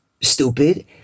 stupid